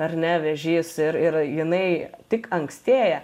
ar ne vėžys ir ir jinai tik ankstėja